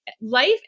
life